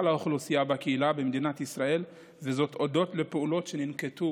האוכלוסייה בקהילה במדינת ישראל הודות לפעולות שננקטו